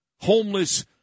Homeless